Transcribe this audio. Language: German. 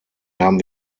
haben